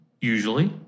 usually